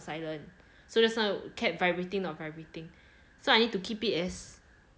silent so just now kept vibrating vibrating so I need to keep it as